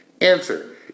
Answer